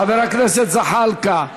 חבר הכנסת זחאלקה.